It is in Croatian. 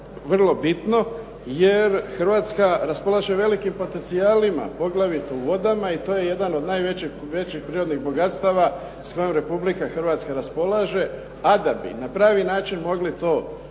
vrlo bitno, jer Hrvatska raspolaže velikim potencijalima poglavito u vodama i to je jedan od najvećih prirodnih bogatstava s kojom Republika Hrvatska raspolaže a da bi na pravi način mogli to gospodariti